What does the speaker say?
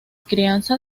crianza